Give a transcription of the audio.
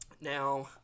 Now